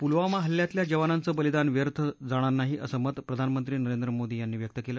पुलवामा हल्ल्यातल्या जवानांचं बलिदान व्यर्थ जाणार नाही असं मत प्रधानमंत्री नरेंद्र मोदी यांनी व्यक्त केलं